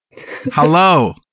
Hello